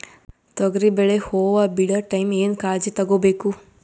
ತೊಗರಿಬೇಳೆ ಹೊವ ಬಿಡ ಟೈಮ್ ಏನ ಕಾಳಜಿ ತಗೋಬೇಕು?